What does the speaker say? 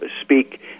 speak